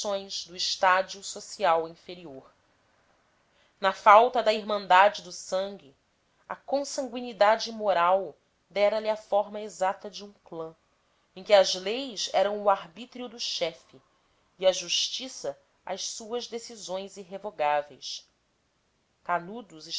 condições do estádio social inferior na falta da irmandade do sangue a consangüinidade moral dera-lhe a forma exata de um clã em que as leis eram o arbítrio do chefe e a justiça as suas decisões irrevogáveis canudos